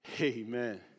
Amen